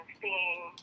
seeing